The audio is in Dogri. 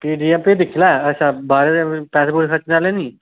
फ्ही जि'यां फ्ही दिक्खी लै अच्छा बाहरे दे पैसे पूसे खर्चने आहले नी